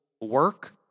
work